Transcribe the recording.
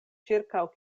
ĉirkaŭ